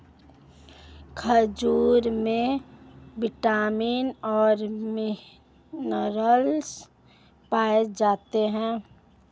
खरबूजे में विटामिन और मिनरल्स पाए जाते हैं